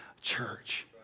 church